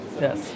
Yes